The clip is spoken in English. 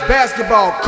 Basketball